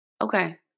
Okay